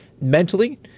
mentally